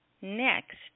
next